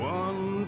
one